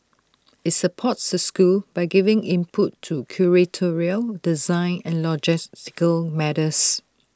IT supports the schools by giving input in curatorial design and logistical matters